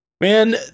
Man